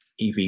ev